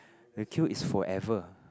the queue is forever